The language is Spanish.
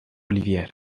olivier